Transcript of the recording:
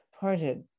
parted